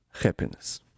happiness